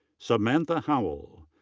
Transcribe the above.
samantha howell.